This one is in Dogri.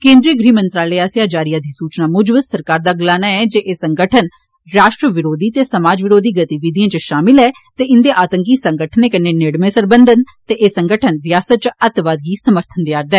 केंद्रीय गृह मंत्रालय आस्सेआ जारी अधिसूचना मूजब केन्द्र सरकार दा गलाना ऐ जे एह संगठन राश्ट्र विरोधी ते समाज विरोधी गतिविधिए इच षामल ऐ ते इन्दे आतंको संगठने कन्नै नेड़में सरबंध न ते एह रियासत इच अतवाद गी समर्थन देआ रदे न